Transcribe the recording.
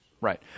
Right